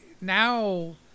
now